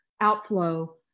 outflow